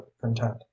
content